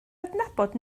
adnabod